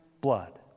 blood